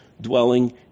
dwelling